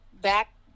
back